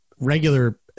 regular